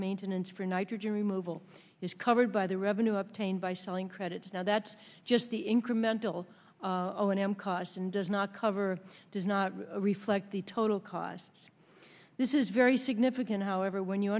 maintenance for nitrogen removal is covered by the revenue obtained by selling credits now that's just the incremental a one m cost and does not cover does not reflect the total cost this is very significant however when you